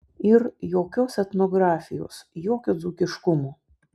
ir jokios etnografijos jokio dzūkiškumo